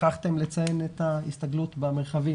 שכחתם לציין את ההסתגלות במרחבים.